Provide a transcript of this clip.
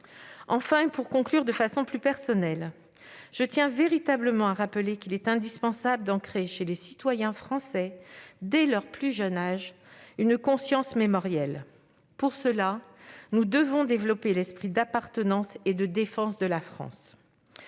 Enfin, et pour conclure de façon plus personnelle, je tiens véritablement à rappeler qu'il est indispensable d'ancrer chez les citoyens français, dès leur plus jeune âge, une conscience mémorielle. Pour cela, nous devons développer l'esprit d'appartenance et de défense de la France.